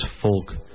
folk